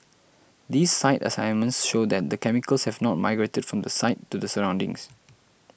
these site assessments show that the chemicals have not migrated from the site to the surroundings